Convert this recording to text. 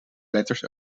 letters